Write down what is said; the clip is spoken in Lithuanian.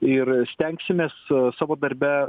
ir stengsimės savo darbe